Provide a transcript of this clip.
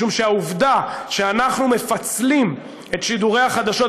משום שהעובדה שאנחנו מפצלים את שידורי החדשות,